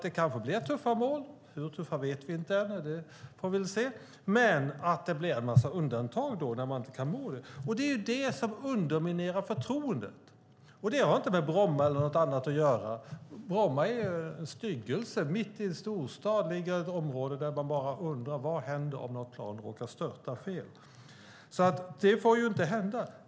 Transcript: Det kanske blir tuffare mål - hur tuffa vet vi inte - men en massa undantag när man inte kan nå målen. Det underminerar förtroendet. Det har inte med Bromma eller något annat att göra. Bromma flygplats är en styggelse. Den ligger mitt i en storstad och man undrar vad som händer om ett plan råkar störta. Det får inte hända.